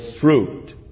fruit